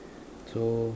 so